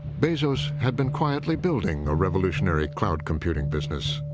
bezos had been quietly building a revolutionary cloud computing business.